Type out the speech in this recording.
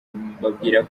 mbabwira